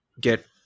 get